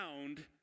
found